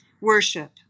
worship